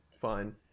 fine